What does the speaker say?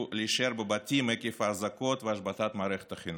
להישאר בבתים עקב האזעקות והשבתת מערכת החינוך.